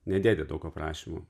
nedėti daug aprašymų